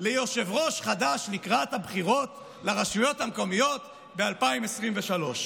ליושב-ראש חד"ש לקראת הבחירות לרשויות המקומיות ב-2023.